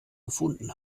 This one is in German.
gefunden